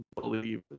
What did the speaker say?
believe